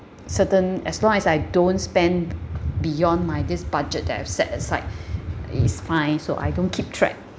certain as long as I don't spend b~ beyond my this budget that I've set aside it's fine so I don't keep track